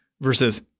versus